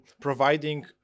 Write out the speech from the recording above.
providing